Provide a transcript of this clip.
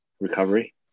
Recovery